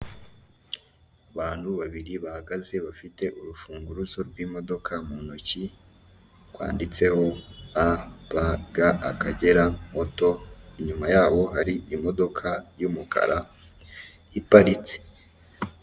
Abantu babiri bahagaze bafite urufunguzo rw'imodoka mu ntoki rwanditseho abaga akagera moto inyuma yabo hari imodoka y'umukara iparitse.